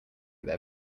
their